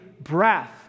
breath